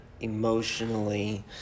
emotionally